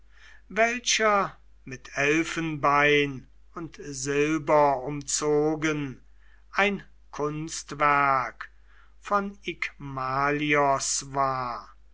welcher mit elfenbein und silber umzogen ein kunstwerk von ikmalios war